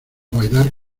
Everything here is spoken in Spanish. bailar